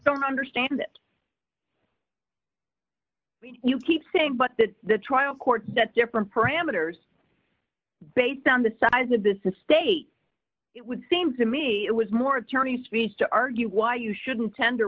don't understand that you keep saying but that the trial court that different parameters based on the size of this estate it would seem to me it was more attorneys fees to argue why you shouldn't tender